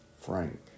Frank